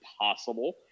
possible